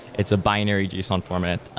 it's a binary json format.